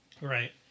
Right